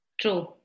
True